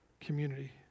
community